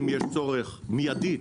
אם יש צורך מידית,